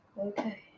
Okay